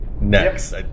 next